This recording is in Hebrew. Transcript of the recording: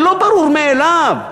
זה לא ברור מאליו,